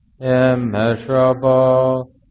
immeasurable